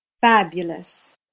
fabulous